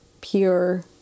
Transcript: pure